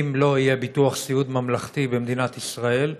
אם לא יהיה ביטוח סיעוד ממלכתי במדינת ישראל,